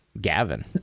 Gavin